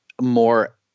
more